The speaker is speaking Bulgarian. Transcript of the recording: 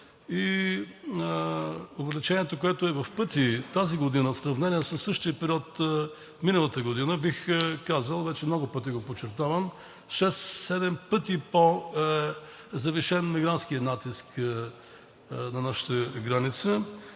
и увеличението, което е в пъти тази година, в сравнение със същия период на миналата година, бих казал, вече много пъти го подчертавам, 6 – 7 пъти по-завишен е мигрантският натиск на нашата граница.